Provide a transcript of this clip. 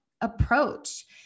approach